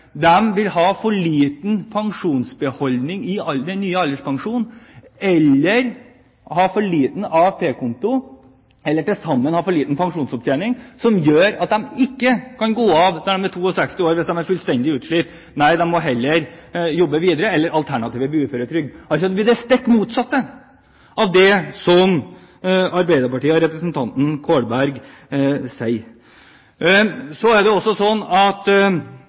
vil ha for liten pensjonsbeholdning i den nye alderspensjonen eller ha for liten AFP-konto eller til sammen ha for liten pensjonsopptjening til at de kan gå av når de er 62 år hvis de er fullstendig utslitt. Nei, de må heller jobbe videre, alternativt over på uføretrygd. Det blir det stikk motsatte av det som Arbeiderpartiet og representanten Kolberg sier. Så er det også slik at